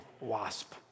wasp